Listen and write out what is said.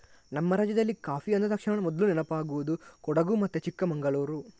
ನಮ್ಮ ರಾಜ್ಯದಲ್ಲಿ ಕಾಫಿ ಅಂದ ತಕ್ಷಣ ಮೊದ್ಲು ನೆನಪಾಗುದು ಕೊಡಗು ಮತ್ತೆ ಚಿಕ್ಕಮಂಗಳೂರು